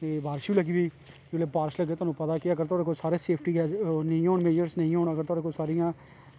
ते बारिश बी लग्गी पेई जे बारिश लग्गै तुहानू पता ऐ कि सेफ्टी नेंई होन अगर तुआढ़े कोल सारियां